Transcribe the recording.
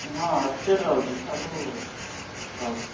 ହଁ X ray ରହୁଛି ସବୁ ଦେଉଛି